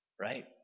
Right